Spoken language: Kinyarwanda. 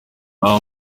aha